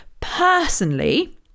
Personally